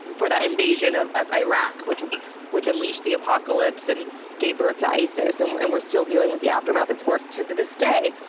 before the invasion of of iraq, which which unleashed the apocalypse and gave birth to isis, and we're and we're still dealing with the aftermath of course to this day.